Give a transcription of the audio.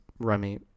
Remy